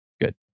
good